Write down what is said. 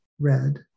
red